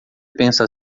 pensa